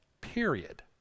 Period